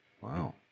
Wow